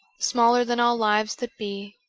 smaller than all lives that be.